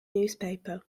newspaper